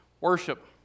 Worship